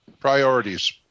Priorities